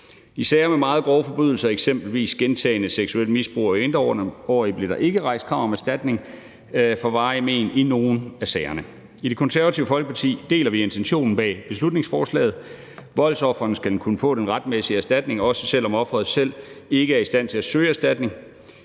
I sager med meget grove forbrydelser, eksempelvis gentagen seksuelt misbrug af mindreårige, blev der ikke rejst krav om erstatning for varige mén i nogen af sagerne. I Det Konservative Folkeparti deler vi intentionen bag beslutningsforslaget. Voldsofrene skal kunne få den retmæssige erstatning, også selv om offeret selv ikke er i stand til at søge erstatning.